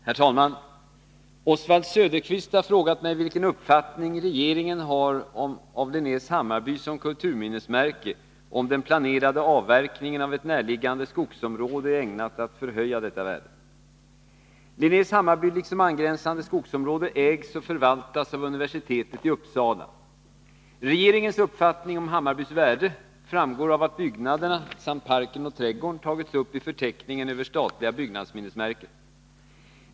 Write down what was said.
Herr talman! Oswald Söderqvist har frågat mig vilken uppfattning regeringen har om värdet av Linnés Hammarby som kulturminnesmärke och om den planerade avverkningen av ett närliggande skogsområde är ägnad att förhöja detta värde. Linnés Hammarby liksom angränsande skogsområde ägs och förvaltas av universitetet i Uppsala. Regeringens uppfattning om Hammarbys värde framgår av att byggnaderna samt parken och trädgården tagits upp i förteckningen över statliga byggnadsminnesmärken.